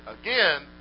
Again